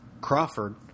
Crawford